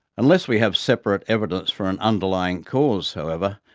unless we have separate evidence for an underlying cause, however,